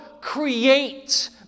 create